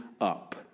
up